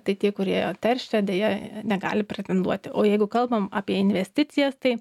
tai tie kurie teršia deja negali pretenduoti o jeigu kalbame apie investicijas tai